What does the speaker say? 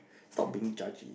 stop being judge